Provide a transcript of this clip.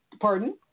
Pardon